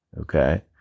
Okay